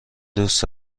دوست